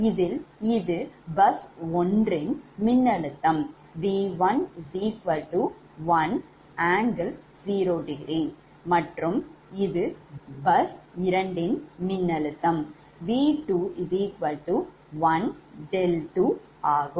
இதில் இது bus 1 ன்மின்னழுத்தம் 𝑉11∠0∘ மற்றும் இது bus 2 ன் மின்னழுத்தம் 𝑉21∠𝛿2 ஆகும்